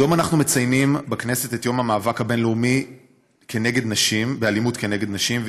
היום אנחנו מציינים בכנסת את יום המאבק הבין-לאומי באלימות נגד נשים,